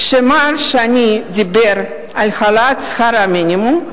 כשמר שני דיבר על העלאת שכר המינימום,